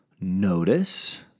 notice